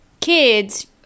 kids